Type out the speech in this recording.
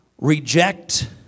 reject